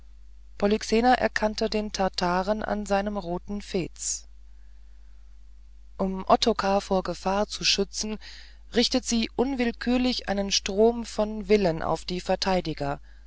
polyxena erkannte den tataren an seinem roten fetz um ottokar vor gefahr zu schützen richtet sie unwillkürlich einen strom von willen auf die verteidiger